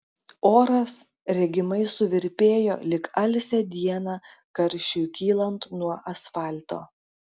oras regimai suvirpėjo lyg alsią dieną karščiui kylant nuo asfalto